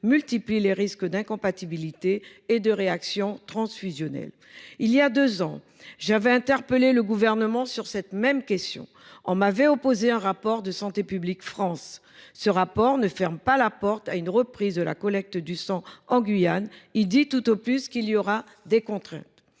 multiplie les risques d’incompatibilité et de réactions transfusionnelles. Il y a deux ans, j’avais interpellé le Gouvernement sur cette même question. On m’avait opposé un rapport de Santé publique France. Or ce rapport ne ferme pas la porte à une reprise de la collecte du sang en Guyane ; il dit, tout au plus, qu’il y aura des contraintes.